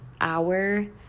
hour